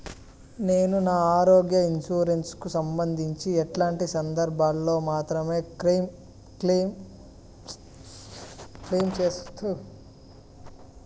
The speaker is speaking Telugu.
నేను నా ఆరోగ్య ఇన్సూరెన్సు కు సంబంధించి ఎట్లాంటి సందర్భాల్లో మాత్రమే క్లెయిమ్ సేసుకోవాలి?